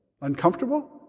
Uncomfortable